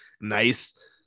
nice